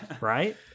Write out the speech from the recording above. right